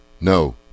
no